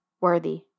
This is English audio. worthy